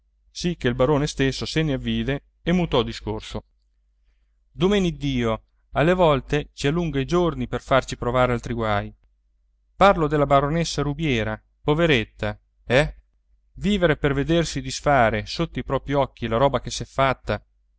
sì che il barone stesso se ne avvide e mutò discorso domeneddio alle volte ci allunga i giorni per farci provare altri guai parlo della baronessa rubiera poveretta eh vivere per vedersi disfare sotto i propri occhi la roba che s'è fatta